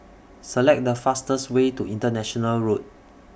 Select The fastest Way to International Road